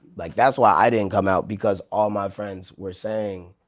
like that's why i didn't come out, because all my friends were saying.